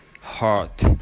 heart